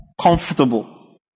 comfortable